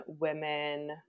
women